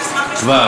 אני אשמח לשמוע.